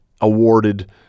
awarded